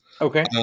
Okay